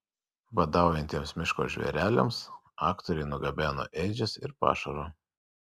badaujantiems miško žvėreliams aktoriai nugabeno ėdžias ir pašaro